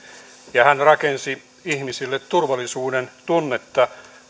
hän rakensi ihmisille turvallisuudentunnetta